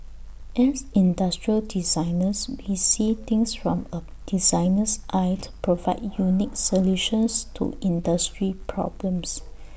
as industrial designers we see things from A designer's eye to provide unique solutions to industry problems